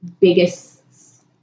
biggest